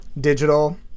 digital